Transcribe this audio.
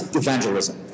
evangelism